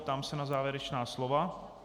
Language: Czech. Ptám se na závěrečná slova.